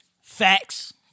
facts